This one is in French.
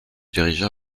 dirigea